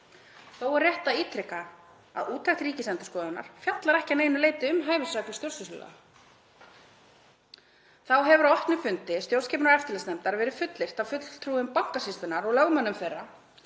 Þó er rétt að ítreka að úttekt Ríkisendurskoðunar fjallar ekki að neinu leyti um hæfisreglur stjórnsýslulaga. Þá hefur á opnum fundi stjórnskipunar- og eftirlitsnefndar verið fullyrt af fulltrúum Bankasýslunnar og lögmönnum þeirra